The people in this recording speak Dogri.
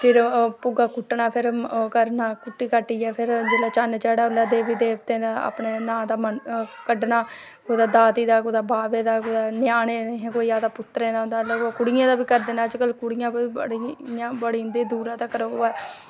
फिर भुग्गा कुट्टना फिर ओह् करना कुट्टी काट्टिया फिर जिल्लै चन्न चढै औल्लै देवी देवतें दा अपने नांऽ दा मन कड्डना कुदै दात्ती दा कुदै बावे दा कुदै ञ्याणे दे कोई आखदा पुत्तरें दा होंदा कुड़ियें दा बी करदे नै अज कल्ल कुड़ियां बी बड़े इ'यां बड़ी दूरा तक्कर ओह् ऐ